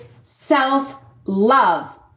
self-love